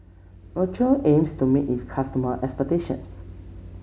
aims to meet its customers' expectations